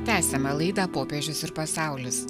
tęsiame laidą popiežius ir pasaulis